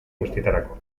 guztietarako